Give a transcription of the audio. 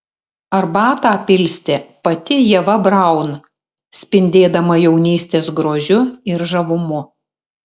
arbatą pilstė pati ieva braun spindėdama jaunystės grožiu ir žavumu